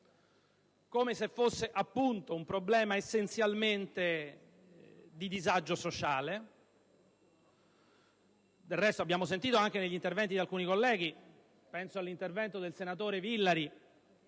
come se fosse un problema essenzialmente di disagio sociale. Del resto, abbiamo sentito anche gli interventi di alcuni colleghi, come ad esempio quello del senatore Villari,